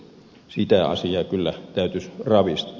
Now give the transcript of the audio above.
sitä asiaa kyllä täytyisi ravistella